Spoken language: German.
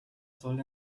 soll